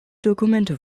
dokumente